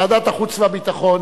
ועדת החוץ והביטחון,